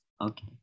Okay